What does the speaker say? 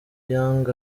yang